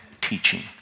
teaching